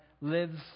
lives